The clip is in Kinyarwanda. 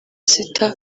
sita